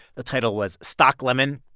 the title was stocklemon,